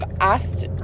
asked